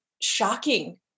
shocking